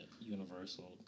Universal